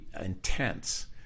intense